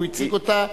הוא הציג אותה.